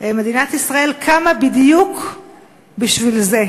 מדינת ישראל קמה בדיוק בשביל זה.